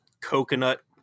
coconut